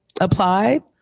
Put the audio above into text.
applied